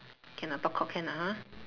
can ah talk cock can ah ha